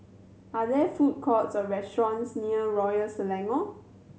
are there food courts or restaurants near Royal Selangor